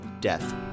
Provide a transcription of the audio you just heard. Death